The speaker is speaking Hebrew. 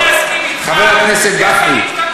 חבר הכנסת גפני.